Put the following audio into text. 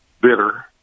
bitter